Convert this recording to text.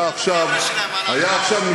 היה עכשיו,